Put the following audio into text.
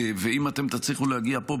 ואם אתם תצליחו להגיע פה,